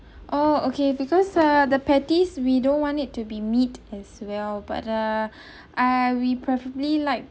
oh okay because uh the patties we don't want it to be meat as well but uh I we preferably like